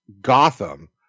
Gotham